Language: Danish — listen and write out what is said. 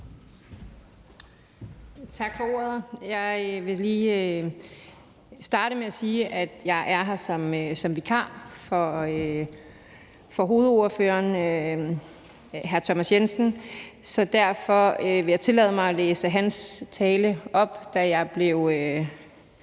Tak for ordet. Jeg vil lige starte med at sige, at jeg er her som vikar for hovedordføreren, hr. Thomas Jensen, og at jeg blev indkaldt til den her